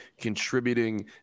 contributing